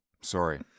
Sorry